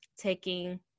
taking